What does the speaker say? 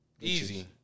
Easy